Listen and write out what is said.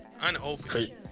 unopened